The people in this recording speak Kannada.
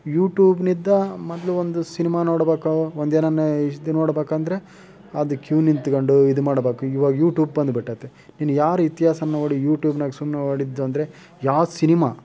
ಯೂಟ್ಯೂಬ್ನಿಂದ ಮೊದಲು ಒಂದು ಸಿನೆಮಾ ನೋಡಬೇಕು ಒಂದು ಏನಾರು ಇದು ನೋಡಬೇಕೆಂದ್ರೆ ಅದು ಕ್ಯೂ ನಿಂತ್ಕೊಂಡು ಇದುಮಾಡ್ಬೇಕು ಇವಾಗ ಯೂಟ್ಯೂಬ್ ಬಂದ್ಬಿಟೈತೆ ಇಲ್ಲಿ ಯಾರ ಇತಿಹಾಸನ್ನು ನೋಡಿ ಯೂಟ್ಯೂಬ್ನಾಗ ಸುಮ್ಮನೆ ಹೊಡಿತು ಅಂದರೆ ಯಾವ ಸಿನಿಮಾ